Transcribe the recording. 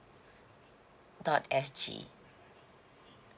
dot S G